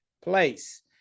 place